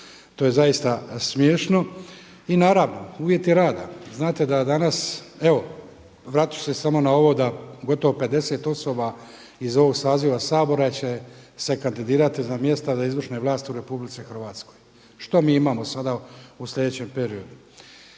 to je zaista smiješno. I naravno uvjeti rada. Znate da dana evo vratit ću se samo na ovo da gotovo 50 osoba iz ovog saziva Sabora će se kandidirati za mjesta u izvršnoj vlasti u RH, što mi imamo sada u sljedećem periodu.